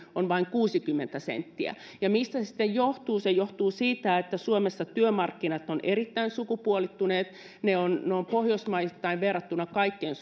on vain kuusikymmentä senttiä ja mistä se sitten johtuu se johtuu siitä että suomessa työmarkkinat ovat erittäin sukupuolittuneet ne ovat pohjoismaisittain verrattuna kaikkein